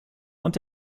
und